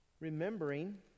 remembering